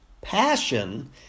Passion